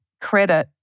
credit